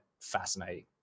fascinating